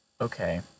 okay